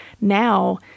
now